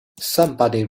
somebody